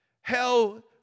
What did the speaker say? hell